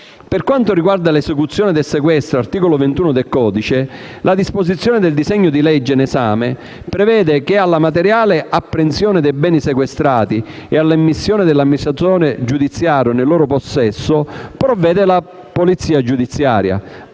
Per quanto riguarda l'esecuzione del sequestro (articolo 21 del codice antimafia), la disposizione del disegno di legge in esame prevede che alla materiale apprensione dei beni sequestrati e all'immissione dell'amministratore giudiziario nel loro possesso provvede la polizia giudiziaria